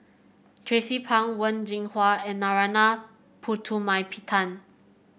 Tracie Pang Wen Jinhua and Narana Putumaippittan